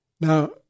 Now